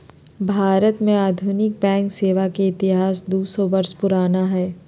भारत में आधुनिक बैंक सेवा के इतिहास दू सौ वर्ष पुराना हइ